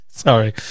Sorry